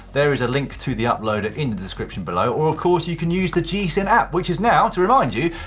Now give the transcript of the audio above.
there is a link to the uploader in the description below, or of course you can use the gcn app. which is now, to remind you,